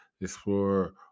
explore